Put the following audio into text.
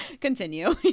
Continue